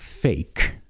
Fake